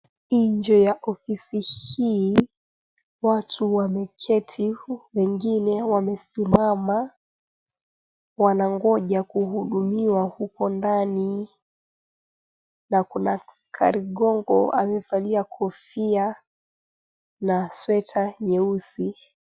Nje ya ofisi hii watu wameketi, wengine wamesimama, wanangoja kuhudumiwa huko ndani. Na kuna askari gongo amevalia kofia, sweta nyeusi.